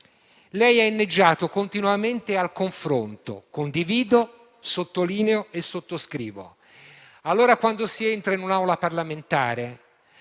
Lei ha inneggiato continuamente al confronto: condivido, sottolineo e sottoscrivo. Quando si entra in un'Aula parlamentare,